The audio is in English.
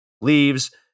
leaves